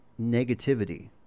negativity